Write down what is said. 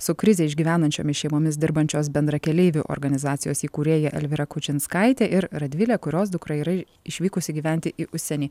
su krizę išgyvenančiomis šeimomis dirbančios bendrakeleivių organizacijos įkūrėja elvyra kučinskaitė ir radvilė kurios dukra yra išvykusi gyventi į užsienį